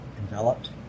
enveloped